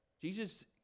Jesus